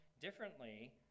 differently